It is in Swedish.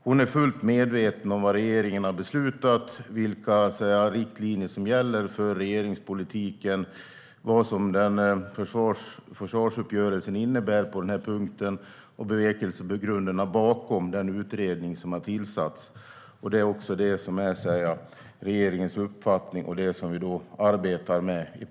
Hon är fullt medveten om vad regeringen har beslutat, vilka riktlinjer som gäller för regeringspolitiken, vad försvarsuppgörelsen innebär på den punkten och bevekelsegrunderna bakom den utredning som har tillsatts. Det är också regeringens uppfattning och det som vi i praktiken arbetar med.